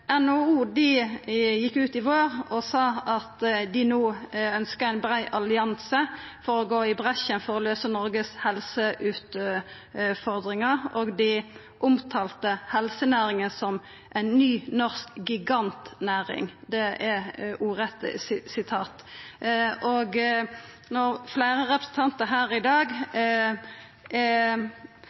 gjekk ut i vår og sa at dei no ønskjer ein brei allianse for å gå i bresjen for å løysa helseutfordringane i Noreg. Dei omtalte helsenæringa som ei ny norsk gigantnæring. Det er ordrett sitat. Når fleire representantar her i dag